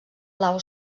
blau